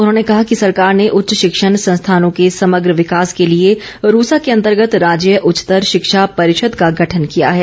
उन्होंने कहा कि सरकार ने उच्च शिक्षण संस्थानों के समग्र विकास के लिए रूसा के अंतर्गत राज्य उच्चतर शिक्षा परिषद का गठन किया है